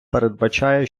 передбачає